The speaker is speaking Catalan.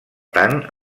tant